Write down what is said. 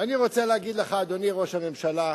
ואני רוצה להגיד לך, אדוני ראש הממשלה,